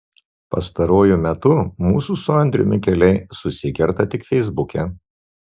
pastaruoju metu mūsų su andriumi keliai susikerta tik feisbuke